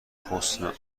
حسن